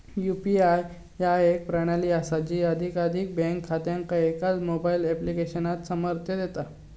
UPI ह्या एक प्रणाली असा जी एकाधिक बँक खात्यांका एकाच मोबाईल ऍप्लिकेशनात सामर्थ्य देता